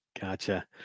Gotcha